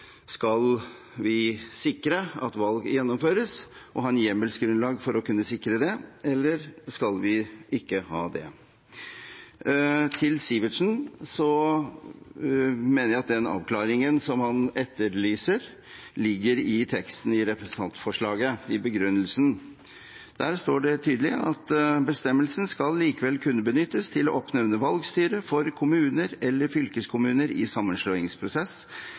Skal vi ha hjemmelsgrunnlag for å kunne sikre at valg gjennomføres, eller skal vi ikke ha det? Til Sivertsen: Jeg mener at den avklaringen han etterlyser, ligger i teksten i representantforslaget, i begrunnelsen. Der står det tydelig at «bestemmelsen kun skal benyttes til å oppnevne valgstyre for kommuner eller fylkeskommuner i sammenslåingsprosess